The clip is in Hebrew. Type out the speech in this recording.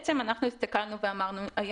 זה שלב רגיש מאוד בחיים הזוגיים.